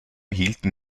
hielten